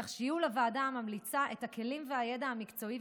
כך שיהיו לוועדה הממליצה הכלים והידע המקצועי